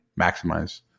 maximize